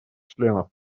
членов